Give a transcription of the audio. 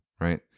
right